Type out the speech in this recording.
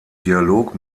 dialog